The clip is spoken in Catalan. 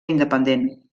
independent